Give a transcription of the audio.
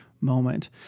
moment